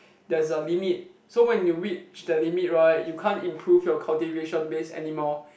there's a limit so when you reach that limit right you can't improve your cultivation base anymore